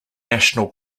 national